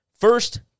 First